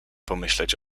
pomyśleć